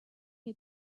had